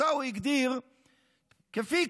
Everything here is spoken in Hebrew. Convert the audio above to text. שאותה הוא הגדיר כפיקציה.